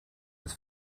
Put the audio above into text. des